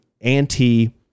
anti